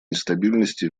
нестабильности